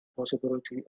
possibility